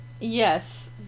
yes